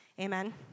Amen